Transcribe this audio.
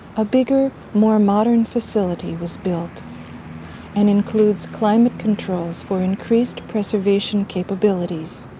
a bigger, more modern facility was built and includes climate controls for increased preservation capabilities.